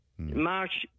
March